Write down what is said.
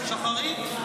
שחרית?